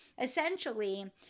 essentially